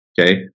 okay